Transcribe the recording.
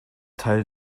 teil